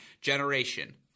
generation